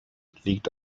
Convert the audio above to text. liegt